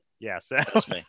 Yes